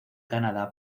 canadá